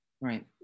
right